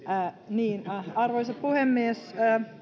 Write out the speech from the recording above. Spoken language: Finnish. niin arvoisa puhemies